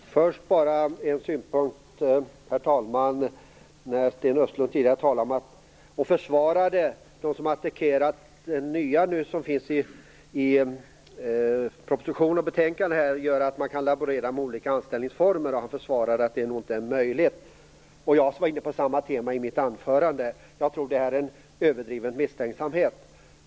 Herr talman! Först bara en synpunkt: Sten Östlund talade tidigare om att en del tror att det nya som finns i propositionen och betänkandet gör att man nu kan laborera med olika anställningsformer, och han sade då att det nog inte är möjligt. Jag var inne på samma tema i mitt anförande. Jag tror att det är en överdriven misstänksamhet.